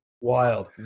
Wild